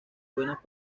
buenas